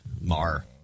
Mar